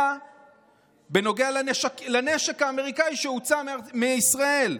בנוגע לנשק האמריקאי שהוצא מישראל,